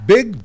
Big